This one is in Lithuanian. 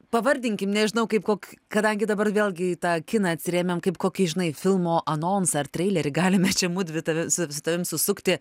pavardinkim nežinau kaip kok kadangi dabar vėlgi į tą kiną atsirėmėm kaip kokį žinai filmo anonsą ar treilerį galime čia mudvi tave su tavim susukti